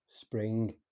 spring